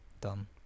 Done